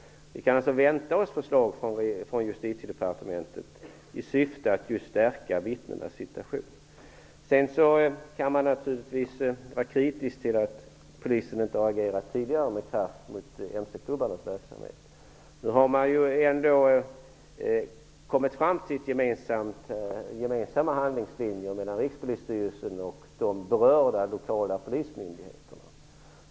Vi kan alltså vänta oss förslag från Justitiedepartementet i syfte att just stärka vittnenas situation. Sedan kan man naturligtvis vara kritisk till att polisen inte har agerat tidigare med kraft mot MC klubbarnas verksamhet. Nu har ändå Rikspolisstyrelsen och de berörda lokala polismyndigheterna kommit fram till gemensamma handlingslinjer.